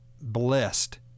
blessed